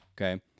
Okay